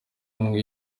umwe